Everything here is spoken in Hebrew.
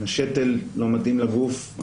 השתל לא מתאים לגוף,